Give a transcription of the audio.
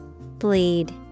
Bleed